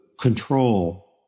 control